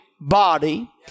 body